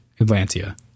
Atlantia